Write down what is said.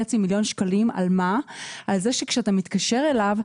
מיליון שקלים על זה שכאשר אתה מתקשר אליו,